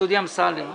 אני